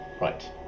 Right